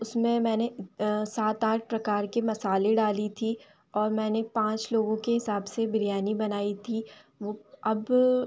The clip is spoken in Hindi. उसमें मैंने सात आठ प्रकार के मसाले डाले थे और मैंने पाँच लोगों के हिसाब से बिरयानी बनाई थी वो अब